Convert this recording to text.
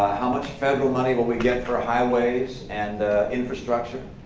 how much federal money will we get for ah highways and infrastructure?